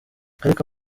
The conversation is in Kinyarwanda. ariko